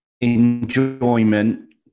enjoyment